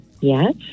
yes